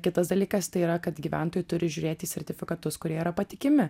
kitas dalykas tai yra kad gyventojai turi žiūrėti į sertifikatus kurie yra patikimi